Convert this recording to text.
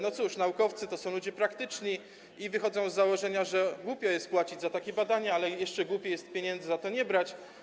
No cóż, naukowcy to ludzie praktyczni i wychodzą z założenia, że głupio jest płacić za takie badania, ale jeszcze głupiej jest pieniędzy za to nie brać.